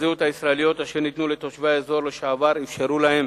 תעודות הזהות הישראליות אשר ניתנו לתושבי האזור לשעבר אפשרו להם